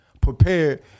prepared